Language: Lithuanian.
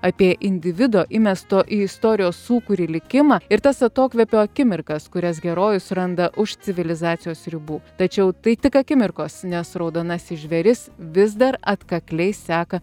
apie individo įmesto į istorijos sūkurį likimą ir tas atokvėpio akimirkas kurias herojus suranda už civilizacijos ribų tačiau tai tik akimirkos nes raudonasis žvėris vis dar atkakliai seka